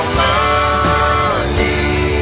money